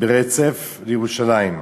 ברצף לירושלים.